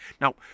Now